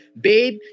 Babe